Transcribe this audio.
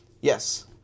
Yes